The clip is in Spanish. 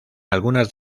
algunas